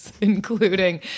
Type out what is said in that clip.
including